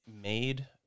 made